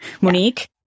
Monique